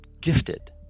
gifted